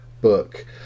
book